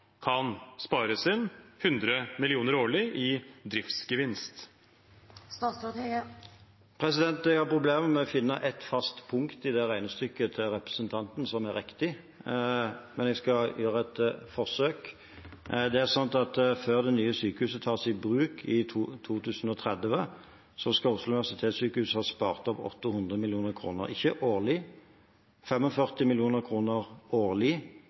kan spares inn 100 mill. kr årlig i driftsgevinst? Jeg har problemer med å finne ett fast punkt i representanten Moxnes’ regnestykke som er riktig, men jeg skal gjøre et forsøk. Før det nye sykehuset tas i bruk i 2030, skal Oslo universitetssykehus ha spart opp 800 mill. kr, men ikke årlig. 45 mill. kr årlig